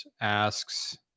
asks